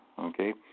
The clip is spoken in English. Okay